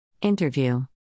Interview